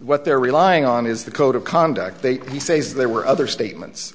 what they're relying on is the code of conduct they say is there were other statements